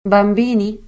Bambini